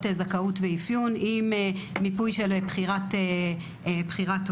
זכאות ואפיון עם מיפוי של בחירת הורים,